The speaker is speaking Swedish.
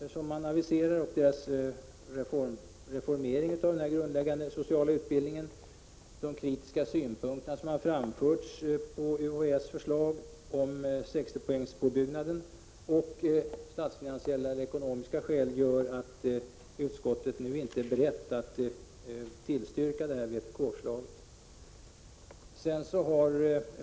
UHÄ:s aviserade översyn och reformering av den grundläggande sociala utbildningen, de kritiska synpunkter på UHÄ:s förslag om 60 poängspåbyggnaden som har framförts och statsfinansiella skäl gör att utskottet nu inte är berett att tillstyrka vpk-förslaget.